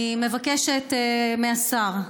אני מבקשת מהשר: